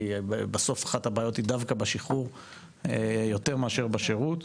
כי בסוף אחת הבעיות היא דווקא בשחרור יותר מאשר בשרות,